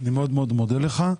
אני מאוד מאוד מודה לך.